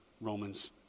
Romans